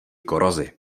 korozi